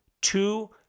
Two